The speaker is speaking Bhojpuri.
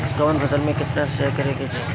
कवन फसल में केतना सिंचाई करेके चाही?